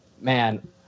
man